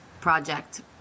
project